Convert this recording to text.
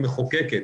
כמחוקקת,